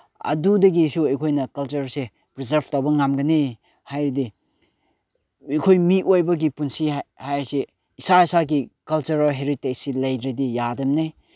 ꯑꯗꯨꯗꯒꯤꯁꯨ ꯑꯩꯈꯣꯏꯅ ꯀꯜꯆꯔꯁꯦ ꯄ꯭ꯔꯤꯖꯥꯞ ꯇꯧꯕ ꯉꯝꯒꯅꯤ ꯍꯥꯏꯔꯗꯤ ꯑꯩꯈꯣꯏ ꯃꯤꯑꯣꯏꯕꯒꯤ ꯄꯨꯟꯁꯤ ꯍꯥꯏꯁꯤ ꯏꯁꯥ ꯏꯁꯥꯒꯤ ꯀꯜꯆꯔꯦꯜ ꯍꯦꯔꯤꯇꯦꯖꯁꯤ ꯂꯩꯗ꯭ꯔꯗꯤ ꯌꯥꯗꯕꯅꯤ